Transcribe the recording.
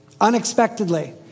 unexpectedly